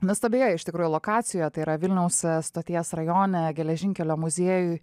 nuostabioje iš tikrųjų lokacijoje tai yra vilniaus stoties rajone geležinkelio muziejuj